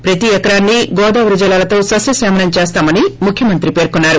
ప్రతి ఎకరాన్ని గోదావరి జలాలతో సస్యశ్యామలం చేస్తామని ముఖ్యమంత్రి పేర్కొన్నారు